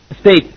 state